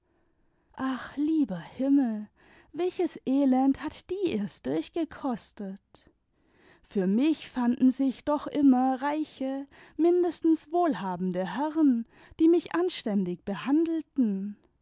ach lieber himmel welches elend hat die erst durchgekostet für mich fanden sich doch immer reiche mindestens wohlhabende herren die mich anständig behandelten